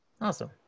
Awesome